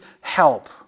help